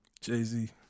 Jay-Z